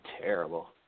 terrible